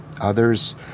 Others